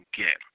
get